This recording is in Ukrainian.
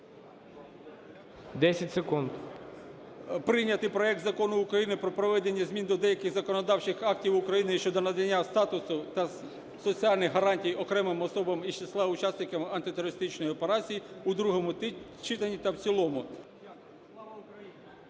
ОСТАПЕНКО А.Д. Прийняти проект Закону України про проведення змін до деяких законодавчих актів України щодо надання статусу та соціальних гарантій окремим особам із числа учасників антитерористичної операції у другому читанні та в цілому.